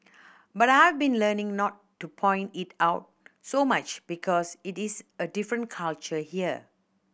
but I've been learning not to point it out so much because it is a different culture here